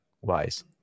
wise